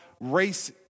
race